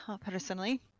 personally